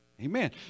Amen